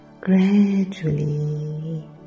gradually